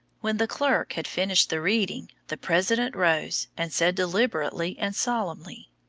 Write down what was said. when the clerk had finished the reading, the president rose, and said deliberately and solemnly,